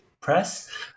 Press